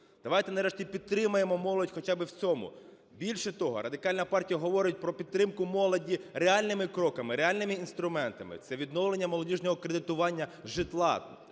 Давайте нарешті підтримаємо молодь хоча б в цьому. Більше того, Радикальна партія говорить про підтримку молоді реальними кроками, реальними інструментами. Це відновлення молодіжного кредитування житла.